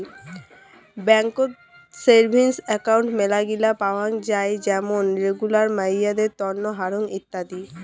বেংকত savings account মেলাগিলা পাওয়াং যাই যেমন রেগুলার, মাইয়াদের তন্ন, হারং ইত্যাদি